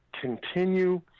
continue